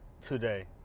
today